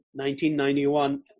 1991